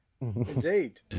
Indeed